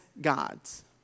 God's